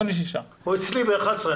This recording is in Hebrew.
הוא אצלי היום ב-11:00.